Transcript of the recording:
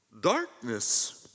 Darkness